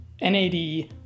NAD